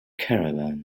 caravan